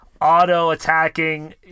auto-attacking